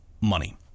money